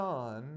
Son